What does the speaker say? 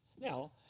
Now